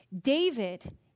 David